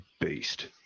beast